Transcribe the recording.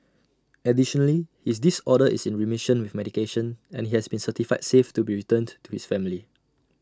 additionally his disorder is in remission with medication and he has been certified safe to be returned to his family